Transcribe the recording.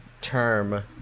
term